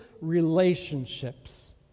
relationships